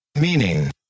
Meaning